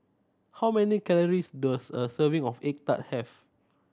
how many calories does a serving of egg tart have